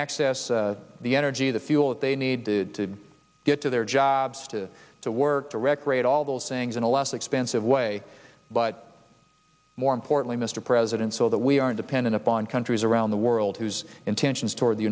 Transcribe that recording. access the energy the fuel that they need to get to their jobs to to work to recreate all those things in a less expensive way but more importantly mr president so that we aren't dependent upon countries around the world whose intentions toward the